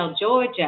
Georgia